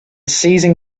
seizing